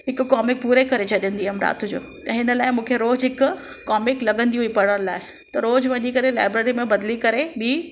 हिकु कॉमिक पूरी करे छॾींदी हूयमि राति जो ऐं हिन लाइ मूंखे रोज़ु हिकु कोमिक लॻंदी हुई पढ़ण लाइ त रोज़ु वञी करे लाइब्रेरी में बदिली करे बि